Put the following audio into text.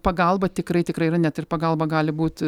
pagalba tikrai tikrai yra net ir pagalba gali būt